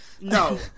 No